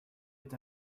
est